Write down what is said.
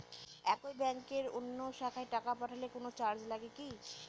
একই ব্যাংকের অন্য শাখায় টাকা পাঠালে কোন চার্জ লাগে কি?